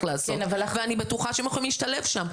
לעשות ואני בטוחה שהם יכולים להשתלב שם,